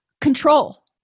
Control